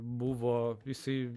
buvo visai